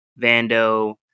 Vando